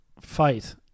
fight